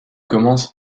commence